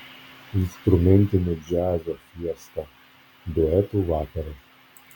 instrumentinė džiazo fiesta duetų vakaras